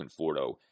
Conforto